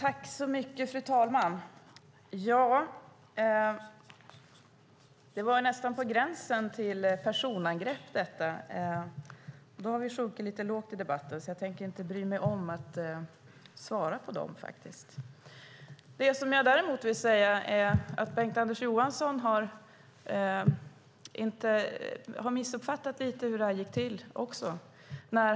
Fru talman! Detta var nästan på gränsen till personangrepp. Då har vi sjunkit lite lågt i debatten, så jag tänker inte bry mig om att svara på det. Det jag däremot vill säga är att Bengt-Anders Johansson har missuppfattat hur det här gick till.